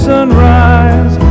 Sunrise